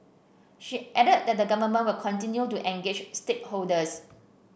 she added that the government will continue to engage stakeholders